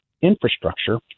infrastructure